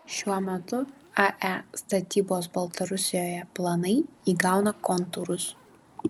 šiuo metu ae statybos baltarusijoje planai įgauna kontūrus